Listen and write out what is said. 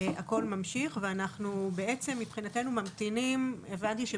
הכל ממשיך ואנחנו בעצם מבחינתנו ממתינים.